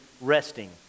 resting